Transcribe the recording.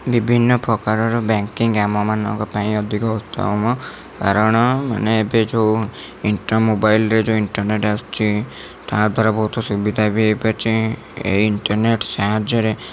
ବିଭିନ୍ନ ପ୍ରକାରର ବ୍ୟାଙ୍କିକ ଆମ ମାନଙ୍କ ପାଇଁ ଅଧିକ ଉତ୍ତମ କାରଣ ମାନେ ଏବେ ଯେଉଁ ଇଣ୍ଟର ମୋବାଇଲରେ ଯେଉଁ ଇଣ୍ଟରନେଟ ଆସୁଛି ତା ଦ୍ବାରା ବହୁତ ସୁବିଧା ବି ହେଇପାରୁଛି ଇଣ୍ଟରନେଟ ସାହାଯ୍ୟ ରେ